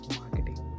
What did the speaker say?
marketing